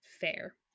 fair